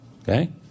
Okay